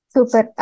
Super